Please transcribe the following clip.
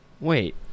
Wait